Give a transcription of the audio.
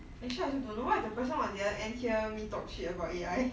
actually I also don't know what if the person on the other end hear me talk shit about a I